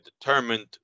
determined